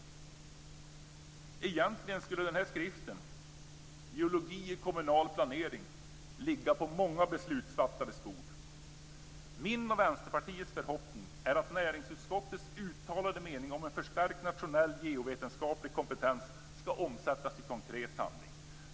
Egentligen skulle skriften Geologi i kommunal planering ligga på många beslutsfattares bord. Min och Vänsterpartiets förhoppning är att näringsutskottets uttalade mening om en förstärkt nationell geovetenskaplig kompetens skall omsättas i konkret handling.